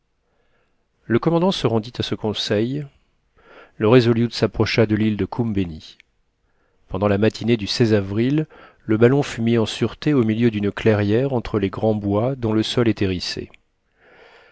le commandant se rendit à ce conseil le resolute s'approcha de l'île de koumbeni pendant la matinée du avril le ballon fut mis en sûreté au milieu d'une clairière entre les grands bois dont le sol est hérissé